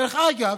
דרך אגב,